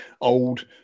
old